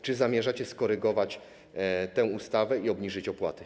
Czy zamierzacie skorygować tę ustawę i obniżyć opłaty?